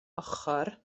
ochr